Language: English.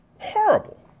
Horrible